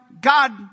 God